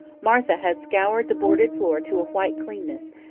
martha had scoured the boarded floor to a white cleanness,